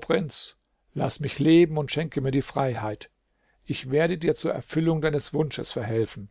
prinz laß mich leben und schenke mir die freiheit ich werde dir zur erfüllung deines wunsches verhelfen